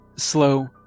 Slow